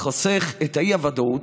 החוסך את האי-ודאות,